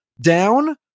down